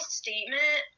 statement